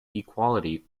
equality